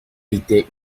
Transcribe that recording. était